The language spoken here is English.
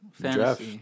draft